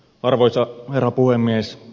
arvoisa herra puhemies